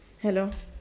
hello